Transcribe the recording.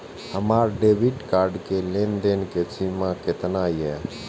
हमार debit card के लेन देन के सीमा केतना ये?